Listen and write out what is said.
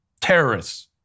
terrorists